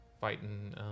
Fighting